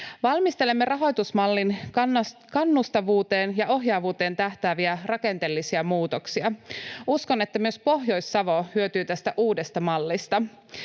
Valmistelemme rahoitusmallin kannustavuuteen ja ohjaavuuteen tähtääviä rakenteellisia muutoksia. Uskon, että myös Pohjois-Savo hyötyy tästä uudesta mallista.